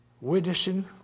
witnessing